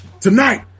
tonight